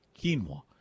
Quinoa